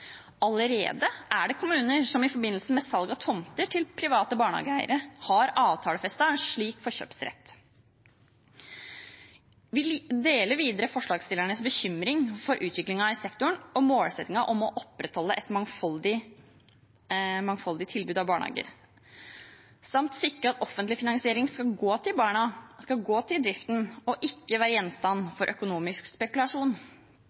Allerede er det kommuner som i forbindelse med salg av tomter til private barnehageeiere har avtalefestet en slik forkjøpsrett. Vi deler videre forslagsstillernes bekymring for utviklingen i sektoren og målsettingen om å opprettholde et mangfoldig tilbud av barnehager samt å sikre at offentlig finansiering skal gå til barna og til driften, og ikke være gjenstand for økonomisk spekulasjon.